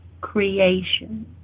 creation